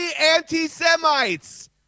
Anti-Semites